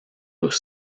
los